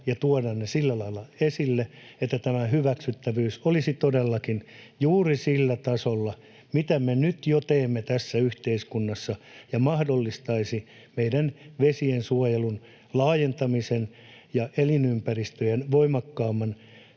ja tuoda ne sillä lailla esille, että tämä hyväksyttävyys olisi todellakin juuri sillä tasolla, millä me jo nyt teemme toimia tässä yhteiskunnassa, ja mahdollistaisi meidän vesiensuojelun laajentamisen ja elinympäristöjen hyvinvoinnin